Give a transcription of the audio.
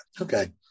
Okay